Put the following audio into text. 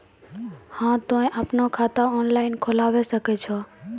हाँ तोय आपनो खाता ऑनलाइन खोलावे सकै छौ?